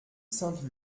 sainte